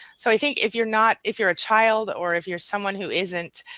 so i think if you're not. if you're a child or if you're someone who isn't